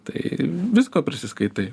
tai visko prisiskaitai